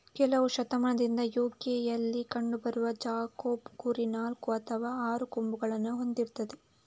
ಕೆಲವು ಶತಮಾನದಿಂದ ಯು.ಕೆಯಲ್ಲಿ ಕಂಡು ಬರುವ ಜಾಕೋಬ್ ಕುರಿ ನಾಲ್ಕು ಅಥವಾ ಆರು ಕೊಂಬುಗಳನ್ನ ಹೊಂದಿರ್ತದೆ